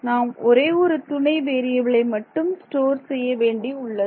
நாம் ஒரே ஒரு துணை வேறியபிலை மட்டும் ஸ்டோர் செய்ய வேண்டி உள்ளது